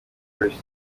persie